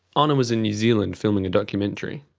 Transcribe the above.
honor was in new zealand filming a documentary.